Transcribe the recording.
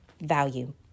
value